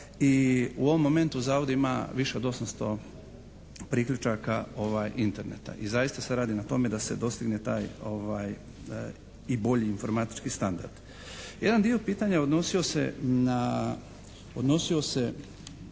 i u ovom momentu zavod ima više od 800 priključaka Interneta. I zaista se radi na tome da se dostigne taj i bolji informatički standard. Jedan dio pitanja odnosio se na